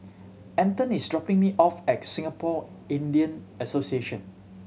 Anton is dropping me off at Singapore Indian Association